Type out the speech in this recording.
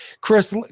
Chris